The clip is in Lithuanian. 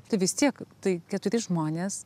tai vis tiek tai keturi žmonės